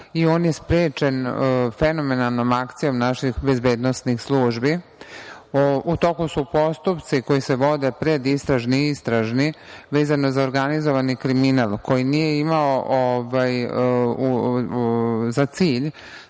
i on je sprečen fenomenalnom akcijom naših bezbednosnih službi. U toku su postupci koji se vode, predistražni i istražni, vezano za organizovani kriminal, koji nije imao za cilj